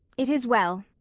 it is well.